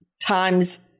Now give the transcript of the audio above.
times